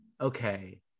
okay